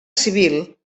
civil